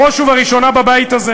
בראש ובראשונה בבית הזה.